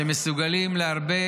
שמסוגלים להרבה